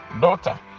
Daughter